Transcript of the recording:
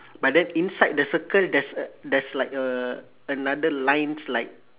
but then inside the circle there's a there's like uh another lines like